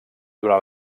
durant